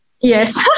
Yes